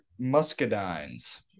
muscadines